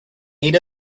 aid